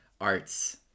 arts